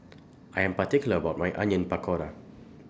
I Am particular about My Onion Pakora